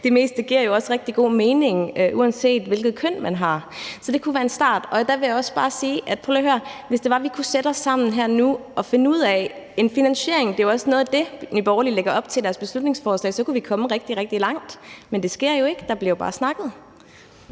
det meste giver jo rigtig god mening, uanset hvilket køn man har. Så det kunne være en start. Og der vil jeg også bare sige, at prøv lige at høre, hvis det var, at vi kunne sætte os sammen her nu og finde en finansiering – det er jo også noget af det, Nye Borgerlige lægger op til i deres beslutningsforslag – så kunne vi komme rigtig, rigtig langt, men det sker jo ikke. Der bliver jo bare snakket.